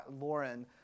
Lauren